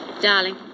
Darling